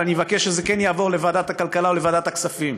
אבל אני אבקש שזה כן יעבור לוועדת הכלכלה או לוועדת הכספים,